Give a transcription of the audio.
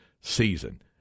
season